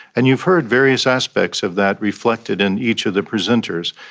and you've heard various aspects of that reflected in each of the presenters.